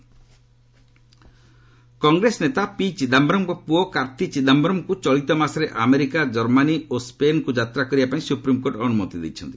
SC Karti Congress ନେତା ପିଚିଦାୟରମ୍ଙ୍କ ପୁଅ କାର୍ତ୍ତି ଚିଦାୟରମ୍ଙ୍କୁ ଚଳିତ ମାସରେ ଆମେରିକା ଜର୍ମାନୀ ଓ ସ୍କେନ୍କୁ ଯାତ୍ରାକରିବା ପାଇଁ ସୁପ୍ରିମକୋର୍ଟ ଅନୁମତି ଦେଇଛନ୍ତି